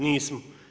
Nismo.